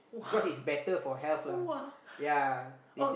!wah! !wah! oh